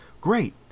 great